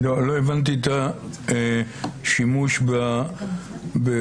לא הבנתי את השימוש בסביל.